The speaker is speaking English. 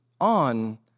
on